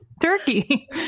turkey